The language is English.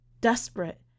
Desperate